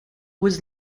was